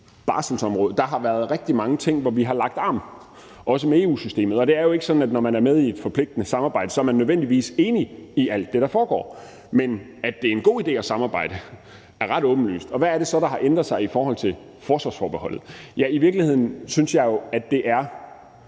barselsområdet – der har været rigtig mange områder, hvor vi har lagt arm, også med EU-systemet. Det er jo ikke sådan, når man er med i et forpligtende samarbejde, at man så nødvendigvis er enig i alt det, der foregår. Men at det er en god idé at samarbejde, er ret åbenlyst. Hvad er det så, der har ændret sig i forhold til forsvarsforbeholdet? I virkeligheden synes jeg jo, at det er